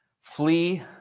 Flee